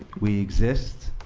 we exist.